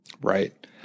Right